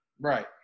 Right